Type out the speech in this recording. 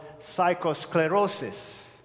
psychosclerosis